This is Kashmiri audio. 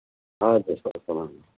اَدٕ حظ آ اسَلام